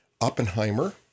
Oppenheimer